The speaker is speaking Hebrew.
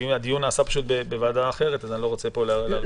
הדיון נעשה פשוט בוועדה אחרת אז אני לא רוצה פה להרחיב.